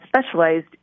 specialized